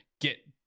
get